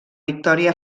victòria